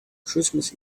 christmas